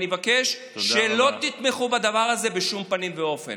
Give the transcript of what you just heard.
אני מבקש שלא תתמכו בדבר הזה בשום פנים אופן.